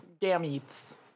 gametes